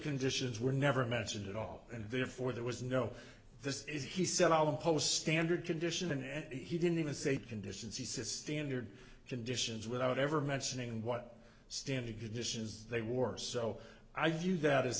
conditions were never mentioned at all and therefore there was no this is he said i will post standard condition and he didn't even say conditions he says standard conditions without ever mentioning what standard conditions they wore so i view that